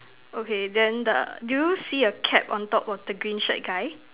okay then the do you see a cap on top of the green shirt guy